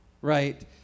right